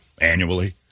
annually